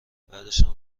بعدشم